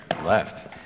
left